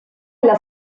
alla